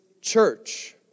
church